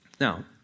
Now